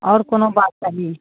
आओर कोनो बात चाही